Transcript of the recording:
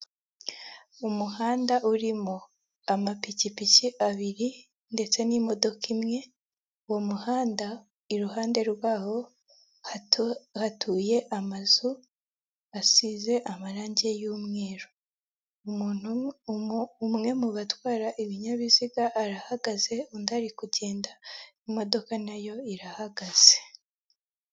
Umuhanda w'umukara impande yaho hari icyapa kigaragaza ikigo nderabuzima cya kabgayi amazu yubakishije amatafari ahiye afite amadirishya y'umweru nay'umukara asakaje amabati y'ubururu.